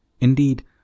indeed